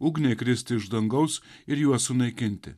ugniai kristi iš dangaus ir juos sunaikinti